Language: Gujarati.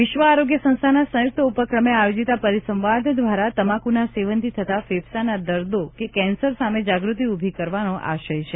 વિશ્વ આરોગ્ય સંસ્થાના સંયુક્ત ઉપક્રમે આયોજીત આ પરિસંવાદ દ્વારા તમાકુના સેવનથી થતા ફેફસાંના દર્દો કે કેન્સર સામે જાગ્રતિ ઉભી કરવાનો આશય છે